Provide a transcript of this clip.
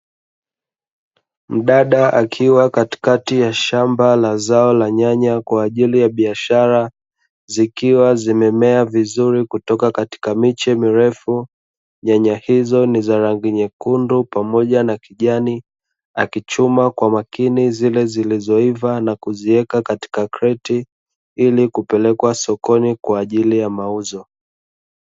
Mdada akiwa katikati ya shamba la zao la nyanya kwa ajili ya biashara, zikiwa zimemea vizuri kutoka katika miche mirefu nyanya hizo ni za rangi nyekundu pamoja na kijani, akichuma kwa makini zile zilizoiva na kuziweka katika kreti ili kupelekwa sokoni kwa ajili ya mauzo.